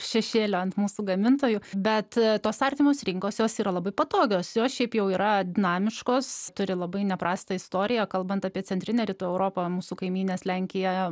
šešėlio ant mūsų gamintojų bet tos artimos rinkos jos yra labai patogios jos šiaip jau yra dinamiškos turi labai neprastą istoriją kalbant apie centrinę rytų europą mūsų kaimynės lenkijoje